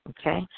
okay